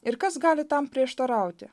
ir kas gali tam prieštarauti